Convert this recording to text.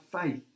faith